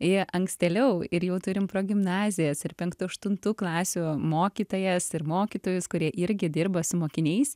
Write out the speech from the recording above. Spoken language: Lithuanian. ir ankstėliau ir jau turim progimnazijas ir penktų aštuntų klasių mokytojas ir mokytojus kurie irgi dirba su mokiniais